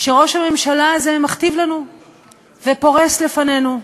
שראש הממשלה הזה מכתיב לנו ופורס לפנינו.